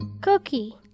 Cookie